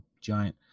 giant